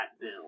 bill